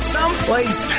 Someplace